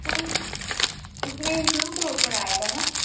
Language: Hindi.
तो उस में इंक्लूड हो कर आएगा ना